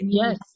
yes